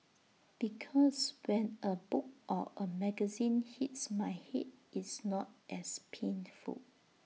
because when A book or A magazine hits my Head it's not as paint full